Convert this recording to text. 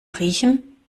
riechen